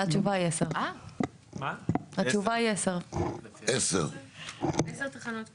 התשובה היא 10. 10. התשובה היא 10. 10. 10 תחנות כוח.